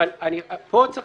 אבל פה צריך